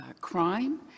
crime